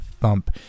thump